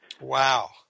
Wow